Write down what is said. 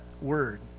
word